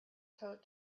coat